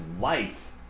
life